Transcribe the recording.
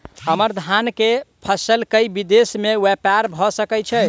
हम्मर धान केँ फसल केँ विदेश मे ब्यपार भऽ सकै छै?